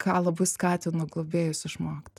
ką labai skatinu globėjus išmokt